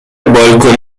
بالکنی